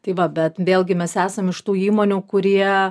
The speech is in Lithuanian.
tai va bet vėlgi mes esam iš tų įmonių kurie